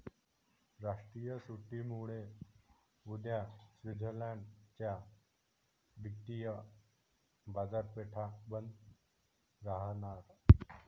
राष्ट्रीय सुट्टीमुळे उद्या स्वित्झर्लंड च्या वित्तीय बाजारपेठा बंद राहणार